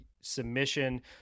submission